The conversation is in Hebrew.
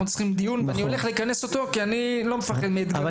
צריכים דיון ואני הולך לכנס אותו כי אני לא מפחד מאתגרים.